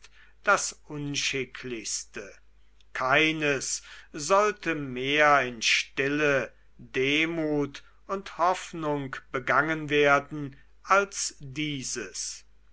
das unschicklichste keines sollte mehr in stille demut und hoffnung begangen werden als dieses